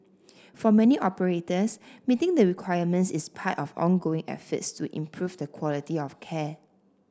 for many operators meeting the requirements is part of ongoing efforts to improve the quality of care